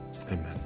amen